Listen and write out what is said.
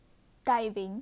diving